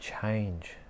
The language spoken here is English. change